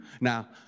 Now